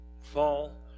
fall